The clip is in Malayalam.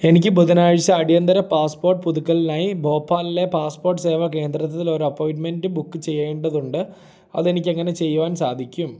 എനിക്ക് ബുധനാഴ്ച അടിയന്തര പാസ്പോർട്ട് പുതുക്കലിനായി ഭോപ്പാലിലെ പാസ്പോർട്ട് സേവാ കേന്ദ്രത്തിലൊരു അപ്പോയിൻ്റ്മെൻ്റ് ബുക്ക് ചെയ്യേണ്ടതുണ്ട് അത് എനിക്കെങ്ങനെ ചെയ്യുവാൻ സാധിക്കും